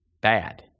bad